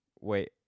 Wait